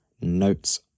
Notes